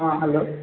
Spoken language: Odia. ହଁ ହ୍ୟାଲୋ